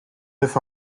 neuf